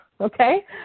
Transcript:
Okay